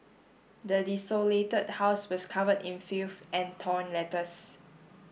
the desolated house was covered in filth and torn letters